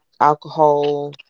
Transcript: alcohol